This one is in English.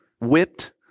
whipped